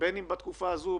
- בין אם בתקופה הזאת,